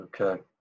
Okay